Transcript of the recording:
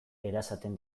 erasaten